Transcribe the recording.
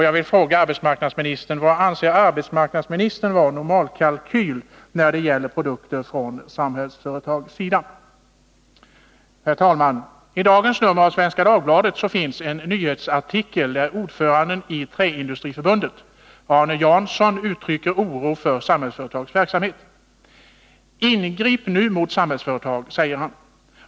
Jag vill fråga arbetsmarknadsministern: Vad anser arbetsmarknadsministern vara en normalkalkyl från Samhällsföretags sida? Herr talman! I dagens nummer av Svenska Dagbladet finns en nyhetsartikel, där ordföranden i Träindustriförbundet Arne Jansson uttrycker oro för Samhällsföretags verksamhet. ”Ingrip nu mot Samhällsföretag”, säger han.